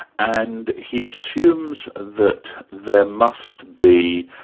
and he assumes that there must be.